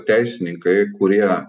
teisininkai kurie